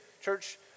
church